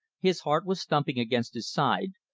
his heart was thumping against his side,